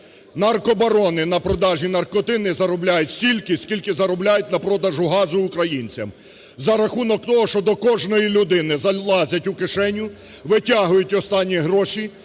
наркобарони на продажу "наркоти" не заробляють стільки, скільки заробляють на продажу газу українцям. За рахунок того, що до кожної людини залазять у кишеню, витягують останні гроші,